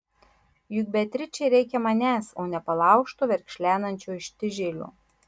juk beatričei reikia manęs o ne palaužto verkšlenančio ištižėlio